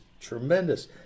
tremendous